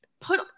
put